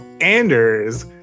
Anders